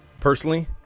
personally